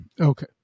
Okay